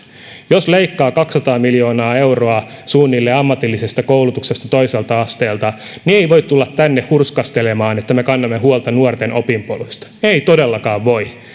jos leikkaa suunnilleen kaksisataa miljoonaa euroa ammatillisesta koulutuksesta toiselta asteelta niin ei voi tulla tänne hurskastelemaan että me kannamme huolta nuorten opinpoluista ei todellakaan voi